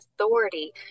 authority